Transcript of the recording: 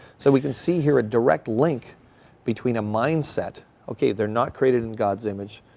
so we can see here a direct link between a mindset, okay they're not created in god's image,